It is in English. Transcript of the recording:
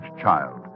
child